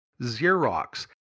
Xerox